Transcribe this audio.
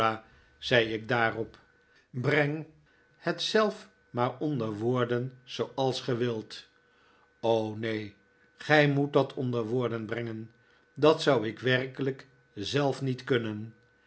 zei ik daarop breng het zelf maar onder woorden zooals ge wilt neen gij moet dat onder woorden brengen dat zou ik werkelijk zelf niet kunnen